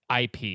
IP